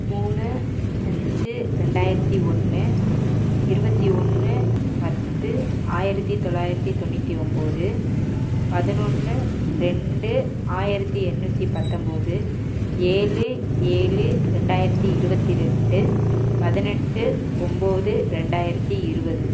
மூணு அஞ்சு ரெண்டாயிரத்தி ஒன்று இருபத்தி ஒன்று பத்து ஆயிரத்தி தொள்ளாயிரத்தி தொண்ணூற்றி ஒன்போது பதினொன்று ரெண்டு ஆயிரத்தி எண்ணூற்றி பத்தொன்போது ஏழு ஏழு ரெண்டாயிரத்தி இருபத்தி ரெண்டு பதினெட்டு ஒன்போது ரெண்டாயிரத்தி இருபது